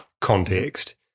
context